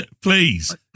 Please